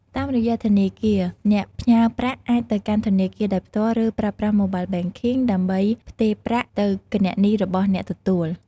តាមរយៈធនាគារ អ្នកផ្ញើប្រាក់អាចទៅកាន់ធនាគារដោយផ្ទាល់ ឬប្រើប្រាស់ Mobile Banking ដើម្បីផ្ទេរប្រាក់ទៅគណនីរបស់អ្នកទទួល។